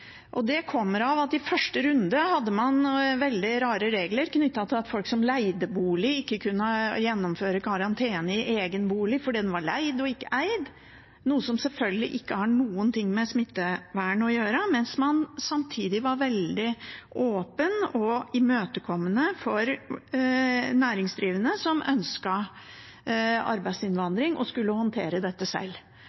Det kommer av at man i første runde hadde veldig rare regler knyttet til at folk som leide bolig, ikke kunne gjennomføre karantene i egen bolig fordi den var leid, og ikke eid, noe som selvfølgelig ikke har noen ting med smittevern å gjøre, mens man samtidig var veldig åpen og imøtekommende overfor næringsdrivende som